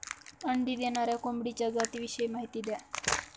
अंडी देणाऱ्या कोंबडीच्या जातिविषयी माहिती द्या